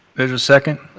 there a second?